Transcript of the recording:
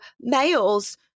males